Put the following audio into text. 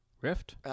Rift